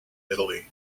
italy